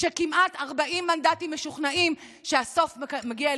כשכמעט 40 מנדטים משוכנעים שהסוף מגיע,